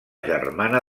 germana